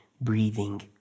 breathing